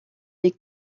est